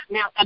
Now